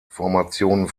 formation